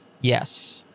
yes